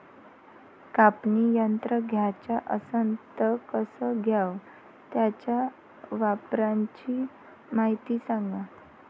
कापनी यंत्र घ्याचं असन त कस घ्याव? त्याच्या वापराची मायती सांगा